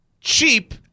cheap